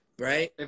right